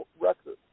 record